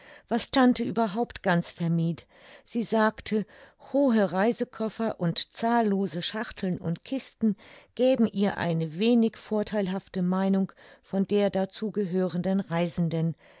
was tante überhaupt gern vermied sie sagte hohe reisekoffer und zahllose schachteln und kisten gäben ihr eine wenig vortheilhafte meinung von der dazu gehörenden reisenden